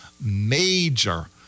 Major